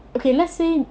okay let's say